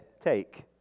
take